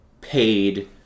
paid